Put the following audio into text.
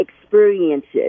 experiences